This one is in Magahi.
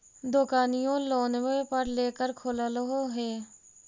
दोकनिओ लोनवे पर लेकर खोललहो हे?